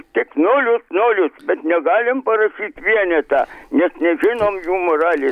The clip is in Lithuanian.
tik nulius nulius bet negalim parašyt vienetą nes nežinom jų moralės